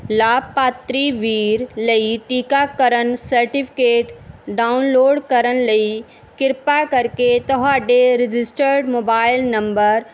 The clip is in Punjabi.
ਲਾਭਪਾਤਰੀ ਵੀਰ ਲਈ ਟੀਕਾਕਰਨ ਸਰਟੀਫਿਕੇਟ ਡਾਊਨਲੋਡ ਕਰਨ ਲਈ ਕਿਰਪਾ ਕਰਕੇ ਤੁਹਾਡੇ ਰਜਿਸਟਰਡ ਮੋਬਾਈਲ ਨੰਬਰ